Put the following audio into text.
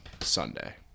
Sunday